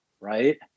right